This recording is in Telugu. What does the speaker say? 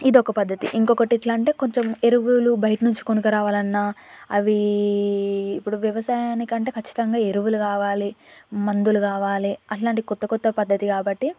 ఇదొక పద్ధతి ఇంకొకటి ఎట్లా అంటే కొంచెం ఎరువులు బయట్నుంచి కొనక్క రావాలన్నా అవీ ఇప్పుడు వ్యవసాయానికంటే ఖచ్చితంగా ఎరువులు కావాలి మందులు కావాలి అట్లాంటి కొత్త కొత్త పద్ధతి కాబట్టి